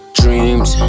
dreams